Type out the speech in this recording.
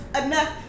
enough